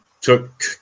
took